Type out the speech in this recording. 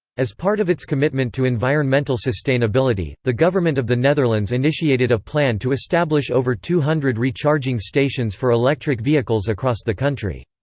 as part of its commitment to environmental sustainability, the government of the netherlands initiated a plan to establish over two hundred recharging stations for electric vehicles across the country.